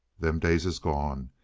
them days is gone,